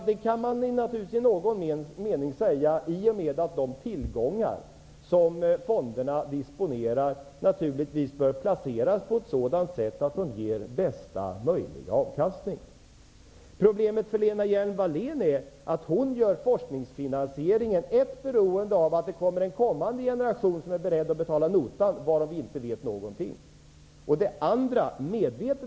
Det kan man naturligtvis säga i någon mening i och med att de tillgångar som fonderna disponerar naturligtvis bör placeras på ett sådant sätt att de ger bästa möjliga avkastning. Problemet för Lena Hjelm-Wallén är att hon gör forskningsfinansieringen beroende av att en kommande generation är beredd att betala notan, varom vi inte vet någonting.